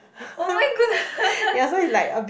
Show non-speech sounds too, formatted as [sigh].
oh-my-goodness [laughs]